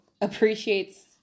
appreciates